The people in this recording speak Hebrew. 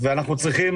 ואנו צריכים